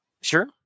Sure